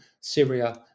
Syria